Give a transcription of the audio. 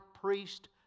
priest